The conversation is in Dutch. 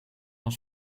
van